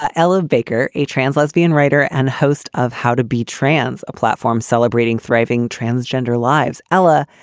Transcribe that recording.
ah ella baker, a trans lesbian writer and host of how to be trans a platform celebrating thriving transgender lives. ella,